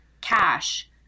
cash